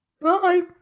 Bye